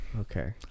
Okay